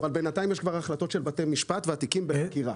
אבל בינתיים כבר יש החלטות של בתי משפט והתיקים בחקירה.